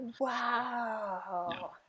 Wow